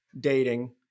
dating